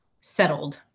settled